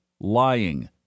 lying